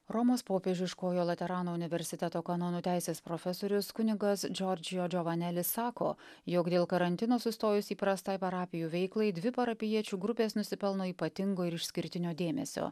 romos popiežiškojo laterano universiteto kanonų teisės profesorius kunigas džordžio džiovanelis sako jog dėl karantino sustojus įprastai parapijų veiklai dvi parapijiečių grupės nusipelno ypatingo ir išskirtinio dėmesio